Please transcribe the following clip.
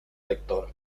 lector